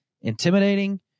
intimidating